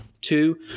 two